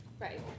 Right